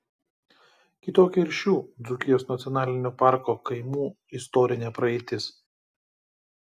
kitokia ir šių dzūkijos nacionalinio parko kaimų istorinė praeitis